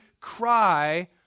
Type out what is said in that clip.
cry